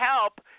help